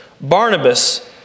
Barnabas